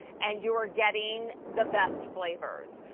and you are getting the best flavors.